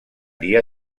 día